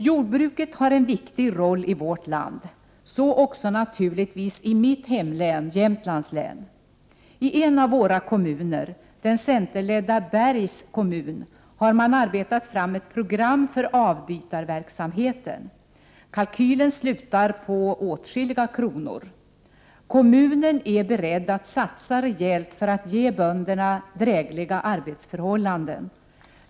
Jordbruket har en viktig roll i vårt land — så också naturligtvis i mitt hemlän, Jämtlands län. I en av våra kommuner, den centerledda Bergs kommun, har man arbetat fram ett program för avbytarverksamheten. Kalkylen slutar på åtskilliga kronor. Kommunen är beredd att satsa rejält för att ge bönderna drägliga arbetsförhållanden.